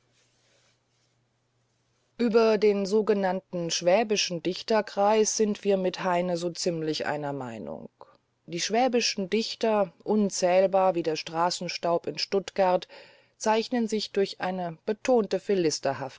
über den sogenannten schwäbischen dichterkreis sind wir mit heine einer meinung die schwäbischen dichter unzählbar wie der straßenstaub in stuttgart zeichnen sich durch eine betonte